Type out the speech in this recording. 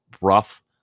rough